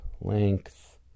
length